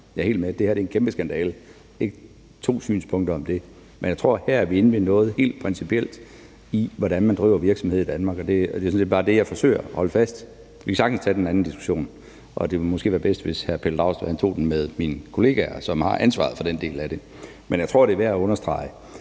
Jeg er helt med på, at det her er en kæmpe skandale – der er ikke to synspunkter om det. Men jeg tror, at vi her er inde ved noget helt principielt i, hvordan man driver virksomhed i Danmark, og det er sådan set bare det, jeg forsøger at holde fast i. Vi kan sagtens tage den anden diskussion, og det ville måske være bedst, hvis hr. Pelle Dragsted tog den med mine kollegaer, som har ansvaret for den del af det. Men jeg tror, det er værd at understrege,